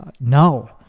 no